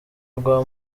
rwa